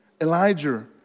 Elijah